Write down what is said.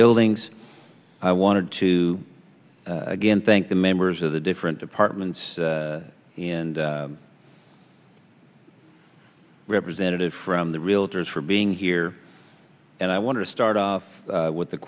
buildings i wanted to again thank the members of the different departments and representative from the realtors for being here and i want to start off with